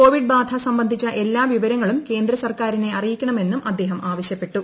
Covid ബുദ്ധ് സ്ംബന്ധിച്ച എല്ലാ വിവരങ്ങളും കേന്ദ്ര സർക്കാരിനെ അറിയിക്ക്ണ്മെന്നും അദ്ദേഹം ആവശ്യപ്പെട്ടു